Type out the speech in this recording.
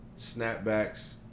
snapbacks